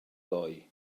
ddoe